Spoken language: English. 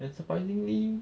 and surprisingly